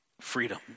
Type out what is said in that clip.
freedom